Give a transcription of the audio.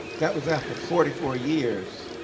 that was after forty four years.